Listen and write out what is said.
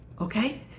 okay